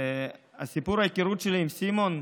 סיפור ההיכרות שלי עם סימון,